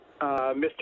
mr